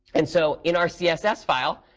and so in our css file,